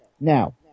now